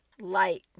light